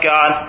God